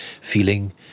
feeling